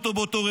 גם אותו.